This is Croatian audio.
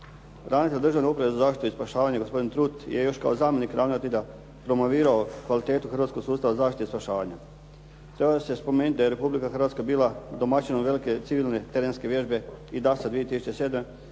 Ravnatelj za Državnu upravu za zaštitu i spašavanje gospodin Trut je još kao zamjenik ravnatelja promovirao kvalitetu hrvatskog sustava za zaštitu i spašavanje. Trebalo bi se spomenuti da je Republika Hrvatska bila domaćin od velike civilne terenske vježbe "IDASA 2007."